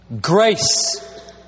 grace